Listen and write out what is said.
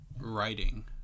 writing